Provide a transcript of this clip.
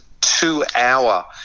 two-hour